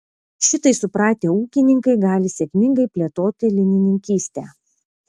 šitai supratę ūkininkai gali sėkmingai plėtoti linininkystę